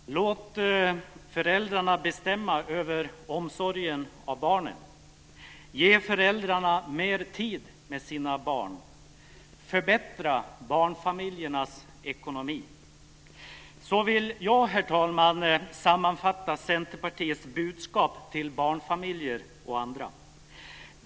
Herr talman! Låt föräldrarna bestämma över omsorgen av barnen. Ge föräldrarna mer tid med sina barn. Så vill jag, herr talman, sammanfatta Centerpartiets budskap till barnfamiljer och andra.